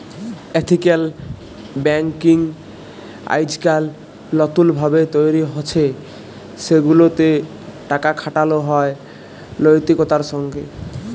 ethical banking আইজকাইল লতুল ভাবে তৈরি হছে সেগুলাতে টাকা খাটালো হয় লৈতিকতার সঙ্গে